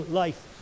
life